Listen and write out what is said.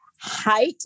height